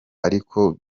ariko